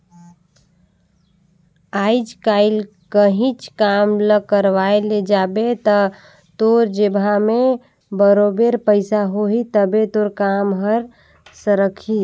आएज काएल काहींच काम ल करवाए ले जाबे ता तोर जेबहा में बरोबेर पइसा होही तबे तोर काम हर सरकही